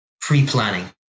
pre-planning